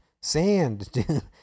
sand